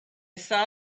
saw